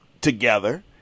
together